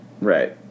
Right